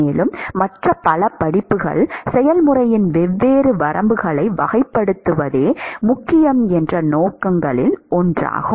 மேலும் மற்ற பல படிப்புகள் செயல்முறையின் வெவ்வேறு வரம்புகளை வகைப்படுத்துவதே முக்கிய நோக்கங்களில் ஒன்றாகும்